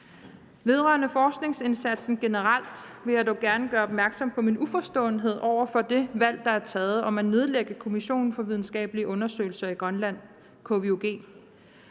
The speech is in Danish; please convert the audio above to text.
Vedrørende forskningsindsatsen generelt vil jeg dog gerne gøre opmærksom på min uforståenhed over for det valg, der er taget om at nedlægge Kommissionen for Videnskabelige Undersøgelser i Grønland, KVUG.